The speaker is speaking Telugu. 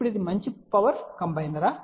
ఇప్పుడు ఇది మంచి పవర్ కంబైనర్